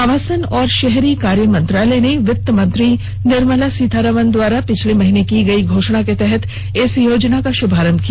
आवासन और शहरी कार्य मंत्रालय ने वित्त मंत्री निर्मला सीतारामन द्वारा पिछले महीने की गई घोषणा के तहत इस योजना का शुभारम्भ किया